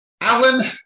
Alan